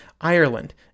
Ireland